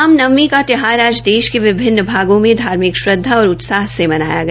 राम नवमी का त्यौहार आज देश के विभिन्न भागों में धार्मिक श्रदधा और उत्साह से मनाया गया